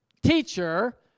teacher